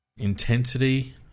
Intensity